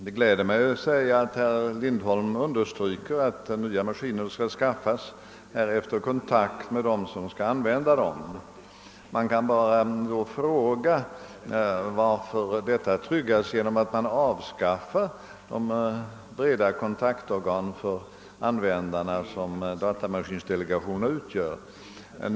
Det gläder mig att herr Lindholm understryker, att nya maskiner skall anskaffas efter kontakt med dem som skall använda maskinerna. Jag vill då bara fråga, varför en sådan ordning skulle tryggas genom att det organ för breda kontakter mellan <datamaskinanvändare som datamaskindelegationerna utgör försvinner.